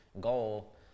goal